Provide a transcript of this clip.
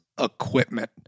equipment